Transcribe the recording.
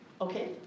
Okay